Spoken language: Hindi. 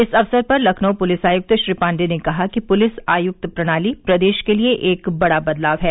इस अक्सर पर लखनऊ पुलिस आयुक्त श्री पांडेय ने कहा कि पुलिस आयुक्त प्रणाली प्रदेश के लिए एक बड़ा बदलाव है